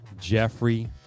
Jeffrey